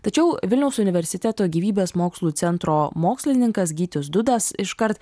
tačiau vilniaus universiteto gyvybės mokslų centro mokslininkas gytis dudas iškart